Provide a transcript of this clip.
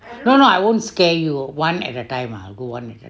no no I won't scare you one at a time I'll go one at